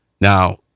Now